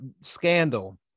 scandal